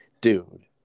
dude